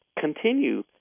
continue